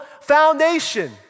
foundation